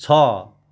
छ